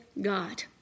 God